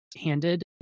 handed